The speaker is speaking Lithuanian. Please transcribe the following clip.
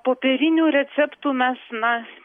popierinių receptų mes na